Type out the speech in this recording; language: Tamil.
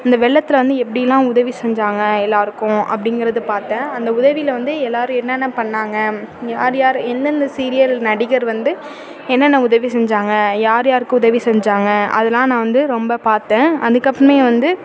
அந்த வெள்ளத்தில் வந்து எப்படிலாம் உதவி செஞ்சாங்க எல்லாருக்கும் அப்படிங்கிறத பார்த்தேன் அந்த உதவியில வந்து எல்லாரும் என்னென்ன பண்ணாங்க யார் யார் எந்தெந்த சீரியல் நடிகர் வந்து என்னென்ன உதவி செஞ்சாங்க யார் யாருக்கு உதவி செஞ்சாங்க அதெல்லாம் வந்து நான் வந்து ரொம்ப பார்த்தேன் அதுக்கப்புறமே வந்து